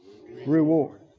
reward